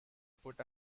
put